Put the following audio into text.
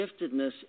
giftedness